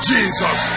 Jesus